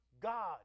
God